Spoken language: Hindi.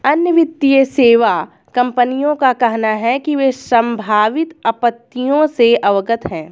अन्य वित्तीय सेवा कंपनियों का कहना है कि वे संभावित आपत्तियों से अवगत हैं